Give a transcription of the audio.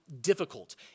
difficult